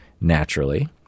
naturally